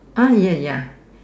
ah ya ya